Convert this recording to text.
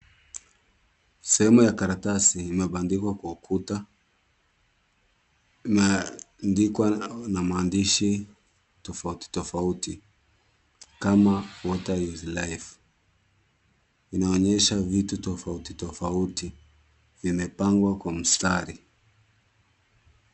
Sehemu ya karatasi imebandikwa kwa ukuta. Imeandikwa na maandishi tofauti tofauti kama water is life . Inaonyesha vitu tofauti tofauti. Imepangwa kwa mstari.